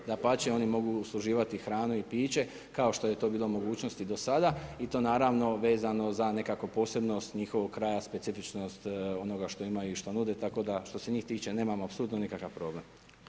Dapače, oni mogu opsluživati hranu i piće kao što je to bila mogućnost i do sada i to naravno, vezano za nekakvo posebnost njihovog kraja, specifičnost onoga što imaju i što nude, tako da što se njih tiče, nemamo apsolutno nikakav problem.